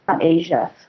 Asia